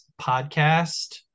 podcast